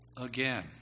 again